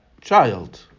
child